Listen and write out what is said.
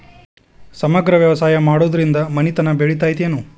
ಸಮಗ್ರ ವ್ಯವಸಾಯ ಮಾಡುದ್ರಿಂದ ಮನಿತನ ಬೇಳಿತೈತೇನು?